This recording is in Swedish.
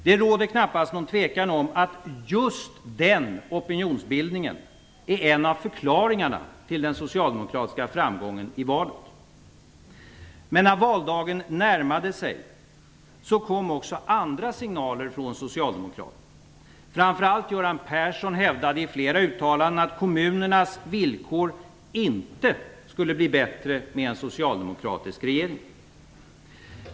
Det råder knappast något tvivel om att just den opinionsbildningen är en av förklaringarna till den socialdemokratiska framgången i valet. Men när valdagen närmade sig kom också andra signaler från Socialdemokraterna. Framför allt Göran Persson hävdade i flera uttalanden att kommunernas villkor inte skulle bli bättre med en socialdemokratisk regering.